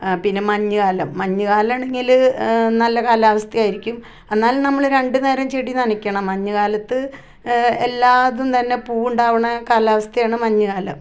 ആ പിന്നെ മഞ്ഞ് കാലം മഞ്ഞ് കാലമാണങ്കിൽ നല്ല കാലാവസ്ഥ ആയിരിക്കും എന്നാലും നമ്മൾ രണ്ട് നേരം ചെടി നനക്കണം മഞ്ഞ് കാലത്ത് എല്ലാ ഇതും തന്നെ പൂവ് ഉണ്ടാവുന്ന കാലാവസ്ഥയാണ് മഞ്ഞ് കാലം